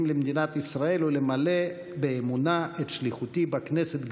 למדינת ישראל ולמלא באמונה את שליחותי בכנסת".